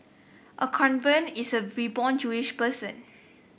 a convert is a reborn Jewish person